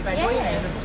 yes